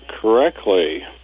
correctly